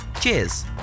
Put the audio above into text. cheers